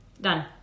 done